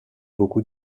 beaucoup